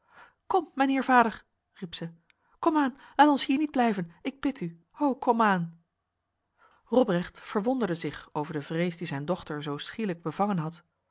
mijn heer vader riep zij komaan laat ons hier niet blijven ik bid u o komaan robrecht verwonderde zich over de vrees die zijn dochter zo schielijk bevangen had